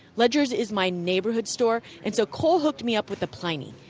ledger's is my neighborhood store and so cole hooked me up with a pliny.